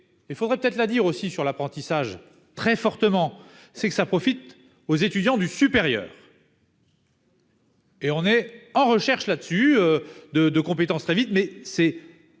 il faudrait peut être la dire aussi sur l'apprentissage, très fortement, c'est que ça profite aux étudiants du supérieur. Et on est en recherche là-dessus de de compétences très vite mais c'est